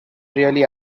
really